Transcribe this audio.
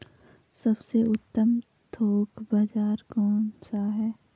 सबसे उत्तम थोक बाज़ार कौन सा है?